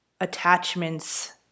attachments